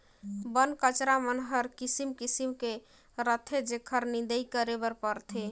बन कचरा मन हर किसिम किसिम के रहथे जेखर निंदई करे बर परथे